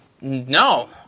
no